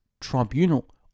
tribunal